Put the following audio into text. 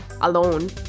alone